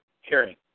hearing